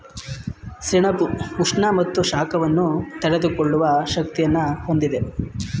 ಸೆಣಬು ಉಷ್ಣ ಮತ್ತು ಶಾಖವನ್ನು ತಡೆದುಕೊಳ್ಳುವ ಶಕ್ತಿಯನ್ನು ಹೊಂದಿದೆ